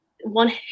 one